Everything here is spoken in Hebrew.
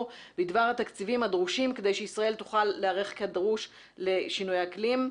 בדבר התקציבים הדרושים כדי שישראל תוכל להיערך כדרוש לשינויי אקלים.